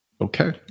Okay